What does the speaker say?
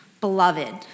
Beloved